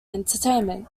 entertainment